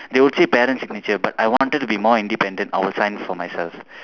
they will parent signature but I wanted to be more independent I will sign for myself